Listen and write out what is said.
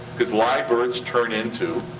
cause live births turn into